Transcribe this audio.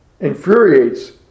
infuriates